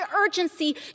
urgency